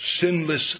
sinless